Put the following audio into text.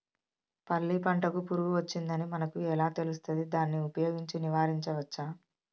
పల్లి పంటకు పురుగు వచ్చిందని మనకు ఎలా తెలుస్తది దాన్ని ఉపయోగించి నివారించవచ్చా?